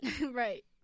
Right